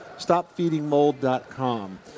stopfeedingmold.com